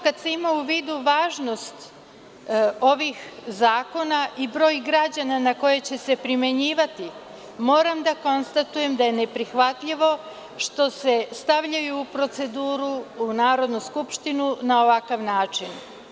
Kad se ima u vidu važnost ovih zakona i broj građana na koje će se primenjivati, moram da konstatujem da je neprihvatljivo što se stavljaju u proceduru u Narodnu skupštinu na ovakav način.